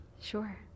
Sure